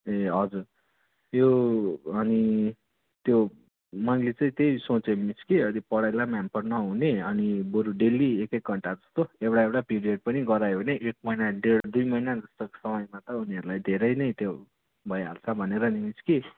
ए हजुर यो अनि त्यो मैले चाहिँ त्यही सोचेँ मिस कि अलिक पढाइलाई पनि ह्यामपर नहुने अनि बरु डेली एक एक घन्टा जस्तो एउटा एउटा पिरियड पनि गरायो भने एक महिना ढेड दुई महिना जस्तो समयमा त उनीहरूलाई धेरै नै त्यो भइहाल्छ भनेर नि मिस कि